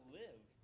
live